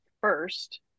first